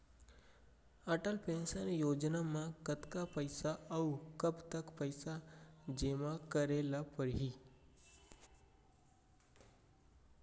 Atal pension योजना म कतका पइसा, अऊ कब तक पइसा जेमा करे ल परही?